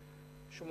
יוליה